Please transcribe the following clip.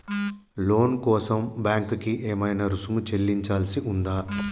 లోను కోసం బ్యాంక్ కి ఏమైనా రుసుము చెల్లించాల్సి ఉందా?